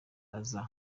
aza